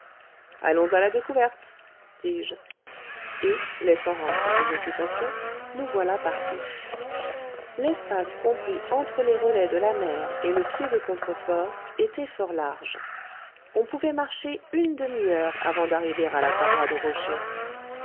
allons à la découverte dis-je et laissant hans à ses occupations nous voilà partis l'espace compris entre les relais de la mer et le pied des contre-forts était fort large on pouvait marcher une demi-heure avant d'arriver à la paroi de rochers